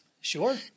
Sure